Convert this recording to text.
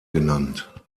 genannt